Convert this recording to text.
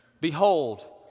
Behold